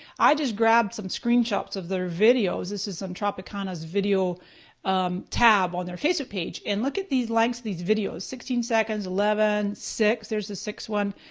i just grabbed some screen shots of their videos. this is on tropicana's video tab on their facebook page and look at these lengths of these videos, sixteen seconds, eleven, six, there's the six one,